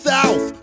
South